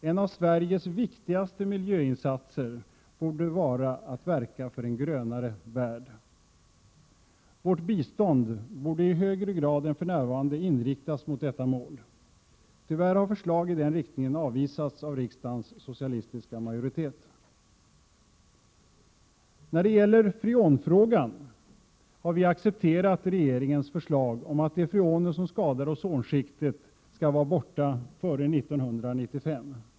En av Sveriges viktigaste miljöinsatser borde vara att verka för en grönare värld. Vårt bistånd borde i högre grad än för närvarande inriktas mot detta mål. Tyvärr har förslag i den riktningen avvisats av riksdagens socialistiska majoritet. När det gäller freonfrågan har vi accepterat regeringens förslag om att de freoner som skadar ozonskiktet skall vara borta före 1995.